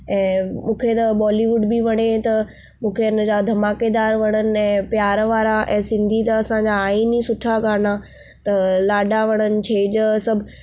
ऐं मूंखे त बॉलीवुड बि वणे त मूंखे हिन जा धमाकेदार वणनि ऐं प्यार वारा ऐं सिंधी त असांजा आहिनि ई सुठा गाना त लाॾा वणनि छेॼ सभु